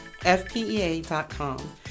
fpea.com